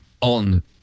on